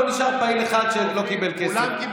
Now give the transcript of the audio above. לא נשאר פעיל אחד שלא קיבל כסף.